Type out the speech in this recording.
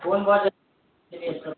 कौन